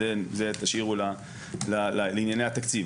זה תשאירו לענייני התקציב,